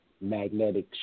magnetic